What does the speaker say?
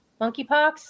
Monkeypox